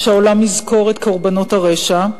שהעולם יזכור את קורבנות הרשע,